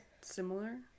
similar